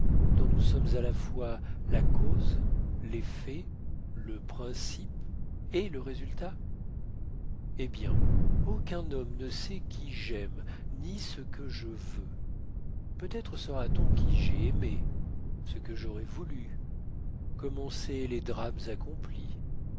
dont nous sommes à la fois la cause l'effet le principe et le résultat hé bien aucun homme ne sait qui j'aime ni ce que je veux peut-être saura-t-on qui j'ai aimé ce que j'aurai voulu comme on sait les drames accomplis